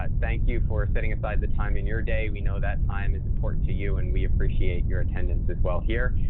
thank you for setting aside the time in your day. we know that time is important to you and we appreciate your attendance as well here.